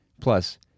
Plus